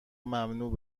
ممنوع